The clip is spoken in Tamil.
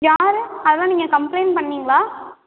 யார் அதெலாம் நீங்கள் கம்ப்ளைண்ட் பண்ணீங்களா